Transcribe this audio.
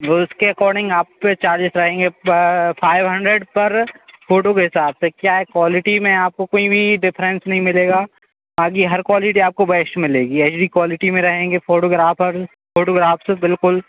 वह उसके अकोडिंग आप पर चार्जेस रहेंगे फाइव हंड्रेड पर फोटो के हिसाब से क्या है क्वालिटी में आपको कुछ भी डिफरेंस नहीं मिलेगा बाकी हर क्वालिटी आपको बेश्ट मिलेगी एच डी क्वालिटी में रहेंगे फोटोग्राफर फोटोग्राफ़्स बिल्कुल